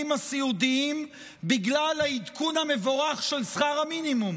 הסיעודיים בגלל העדכון המבורך של שכר המינימום,